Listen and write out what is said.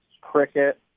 cricket